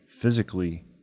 physically